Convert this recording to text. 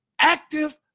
active